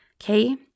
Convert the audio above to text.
Okay